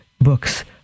books